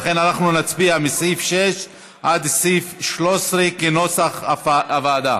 ולכן אנחנו נצביע מסעיף 6 עד סעיף 13 כנוסח הוועדה.